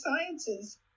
sciences